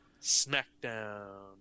SmackDown